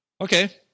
Okay